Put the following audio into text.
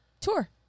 Tour